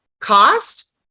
cost